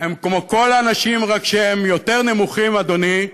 הם כמו כל האנשים, רק שהם יותר נמוכים, אדוני,